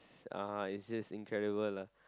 is uh is just incredible lah